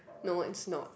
no it's not